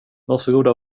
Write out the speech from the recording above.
varsågoda